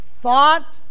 thought